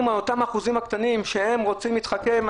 על אותם האחוזים הקטנים שרוצים להתחכם,